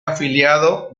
afiliado